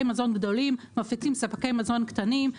מזון גדולים מפיצים ספקי מזון קטנים,